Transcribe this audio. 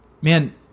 man